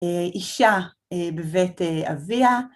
אישה, בבית אביה.